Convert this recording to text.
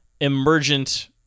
emergent